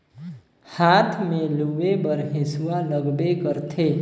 हाथ में लूए बर हेसुवा लगबे करथे